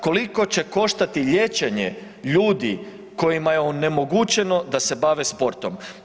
Koliko će koštati liječenje ljudi kojima je onemogućeno da se bave sportom?